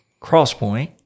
Crosspoint